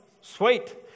Sweet